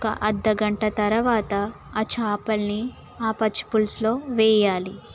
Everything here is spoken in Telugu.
ఒక అర్ధ గంట తర్వాత ఆ చేపలని ఆ పచ్చిపులుసులో వేయాలి